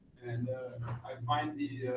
and i find a